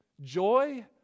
joy